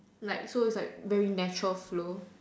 like so it's like very natural flow